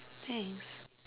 thanks